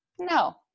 no